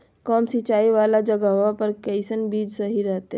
कम सिंचाई वाला जगहवा पर कैसन बीज सही रहते?